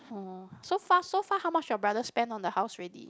oh so far so far how much your brother spend on the house ready